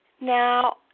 Now